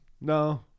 No